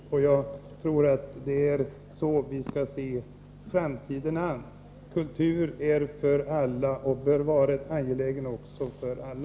Jag tror att det är så vi skall se framtiden an. Kultur är för alla och bör också vara angelägen för alla.